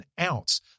ounce